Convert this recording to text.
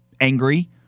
angry